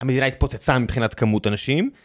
המדינה התפוצצה מבחינת כמות אנשים.